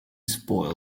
spoiled